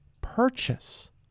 purchase